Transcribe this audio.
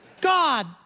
God